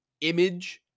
image